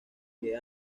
que